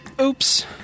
Oops